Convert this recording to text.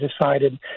decided